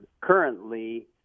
currently